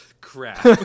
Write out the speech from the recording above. Crap